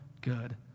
good